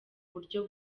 buryo